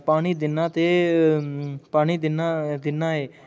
पानी दिन्ना ते पानी दिन्ना दिन्ना ऐ